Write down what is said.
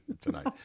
tonight